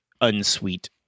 unsweet